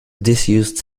disused